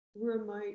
remote